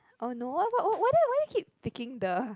oh no wha~ wha~ why do I why do I keeping picking the